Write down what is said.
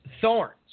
thorns